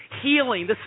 healing